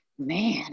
man